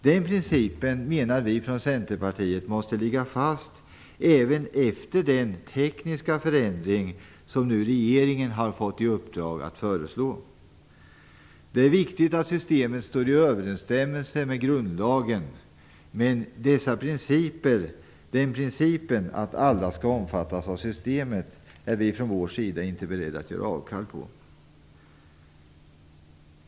Den principen måste ligga fast, menar vi från Centerpartiet, även efter den tekniska förändring som nu regeringen har fått i uppdrag att föreslå. Det är viktigt att systemet står i överensstämmelse med grundlagen, men principen att alla skall omfattas av systemet är vi från vår sida inte beredda att göra avkall på.